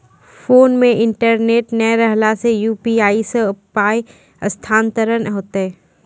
Phone मे internet नै रहला सॅ, यु.पी.आई सॅ पाय स्थानांतरण हेतै?